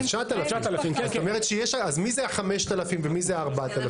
זה 9,000. אז מי זה ה-5,000 ומי זה ה-4,000?